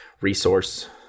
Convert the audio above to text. resource